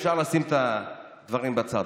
אפשר לשים את הדברים בצד.